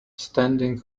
standing